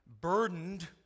burdened